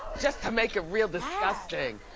just to make it real disgusting.